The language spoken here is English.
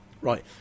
Right